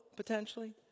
potentially